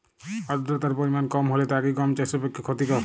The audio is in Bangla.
আর্দতার পরিমাণ কম হলে তা কি গম চাষের পক্ষে ক্ষতিকর?